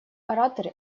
ораторы